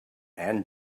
and